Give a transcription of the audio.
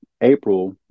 April